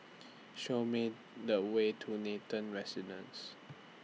Show Me The Way to Nathan Residences